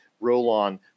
Roll-On